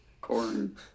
Corn